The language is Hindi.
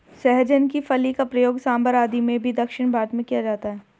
सहजन की फली का प्रयोग सांभर आदि में भी दक्षिण भारत में किया जाता है